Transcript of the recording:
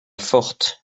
forte